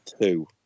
Two